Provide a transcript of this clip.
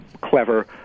clever